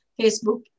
Facebook